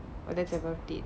but that's about it